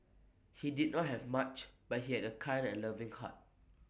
he did not have much but he had A kind and loving heart